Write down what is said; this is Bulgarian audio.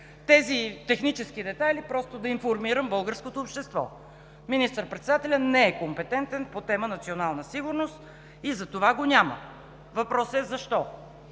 Тези технически детайли са просто да информирам българското общество. Министър-председателят не е компетентен по тема „национална сигурност“ и затова го няма. Въпросът е защо?